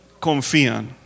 confían